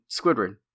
Squidward